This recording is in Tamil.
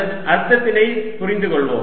இதன் அர்த்தத்தைப் புரிந்துகொள்வோம்